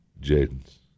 Jaden's